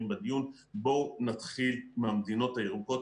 בדיון בואו נתחיל מהמדינות הירוקות.